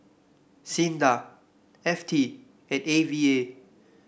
SINDA F T and A V A